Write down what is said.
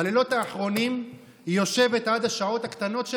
בלילות האחרונים היא יושבת עד השעות הקטנות של